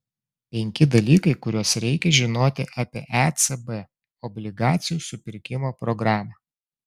penki dalykai kuriuos reikia žinoti apie ecb obligacijų supirkimo programą